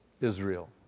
Israel